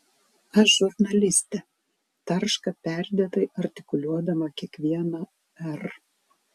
aš žurnalistė tarška perdėtai artikuliuodama kiekvieną r